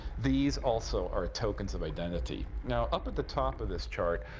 these, also, are tokens of identity. now, up at the top of this chart,